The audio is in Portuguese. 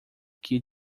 que